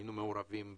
שהיינו מעורבים בזה.